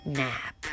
nap